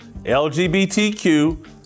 LGBTQ